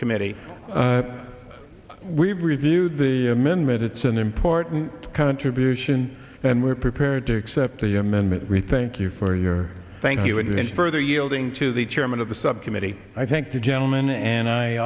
committee we've reviewed the amendment it's an important contribution and we're prepared to accept the amendment we thank you for your thank you and even further yielding to the chairman of the subcommittee i think the gentleman and i